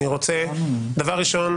דבר ראשון,